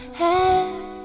head